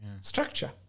Structure